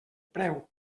preu